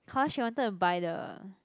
cause she wanted to buy the